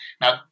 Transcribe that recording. Now